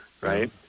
right